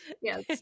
Yes